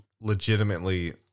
legitimately